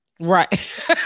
Right